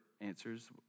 answers